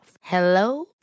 Hello